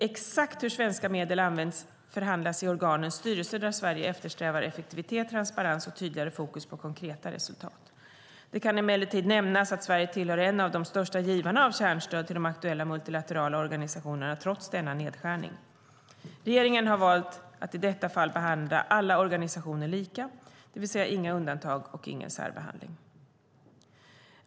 Exakt hur svenska medel används förhandlas i organens styrelser, där Sverige eftersträvar effektivitet, transparens och tydligare fokus på konkreta resultat. Det kan emellertid nämnas att Sverige tillhör en av de största givarna av kärnstöd till de aktuella multilaterala organisationerna trots denna nedskärning. Regeringen har valt att i detta fall behandla alla organisationer lika, det vill säga inga undantag och ingen särbehandling.